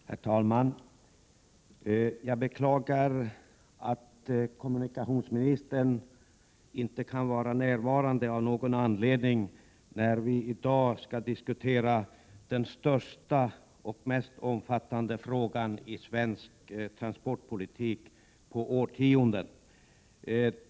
Herr talman! Jag beklagar att kommunikationsministern av någon anledning inte kan vara närvarande när vi i dag skall diskutera den största och mest omfattande frågan på årtionden när det gäller svensk transportpolitik.